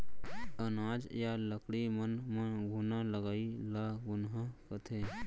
अनाज या लकड़ी मन म घुना लगई ल घुनहा कथें